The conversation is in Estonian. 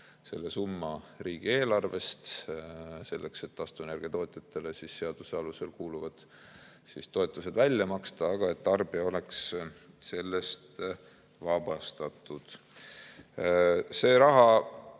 selle summa riigieelarvest, selleks et taastuvenergia tootjatele seaduse alusel kuuluvad toetused välja maksta, aga et tarbija oleks sellest vabastatud. See raha